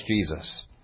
Jesus